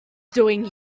doing